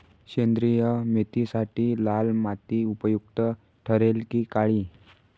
सेंद्रिय मेथीसाठी लाल माती उपयुक्त ठरेल कि काळी?